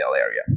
area